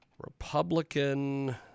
Republican